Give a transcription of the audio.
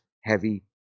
heavy